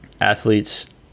athletes